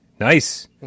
nice